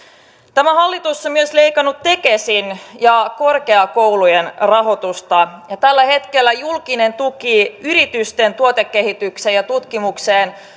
tämä hallitus on myös leikannut tekesin ja korkeakoulujen rahoitusta ja tällä hetkellä julkinen tuki yritysten tuotekehitykseen ja tutkimukseen